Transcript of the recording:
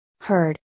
heard